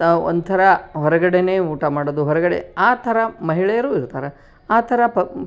ತಾವು ಒಂಥರ ಹೊರಗಡೇನೆ ಊಟ ಮಾಡೋದು ಹೊರಗಡೆ ಆ ಥರ ಮಹಿಳೆಯರೂ ಇರ್ತಾರೆ ಆ ಥರ